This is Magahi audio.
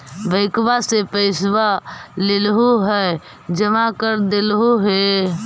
बैंकवा से पैसवा लेलहो है जमा कर देलहो हे?